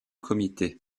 comité